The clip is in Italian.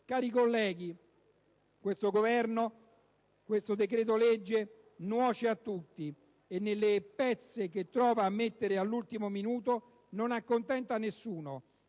Cari colleghi, questo decreto-legge nuoce a tutti e con le pezze che prova a mettere all'ultimo minuto non accontenta nessuno: